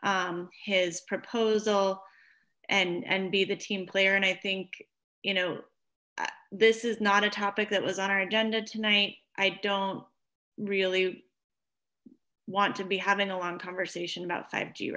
delay his proposal and and be the team player and i think you know this is not a topic that was on our agenda tonight i don't really want to be having a long conversation about